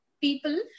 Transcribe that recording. people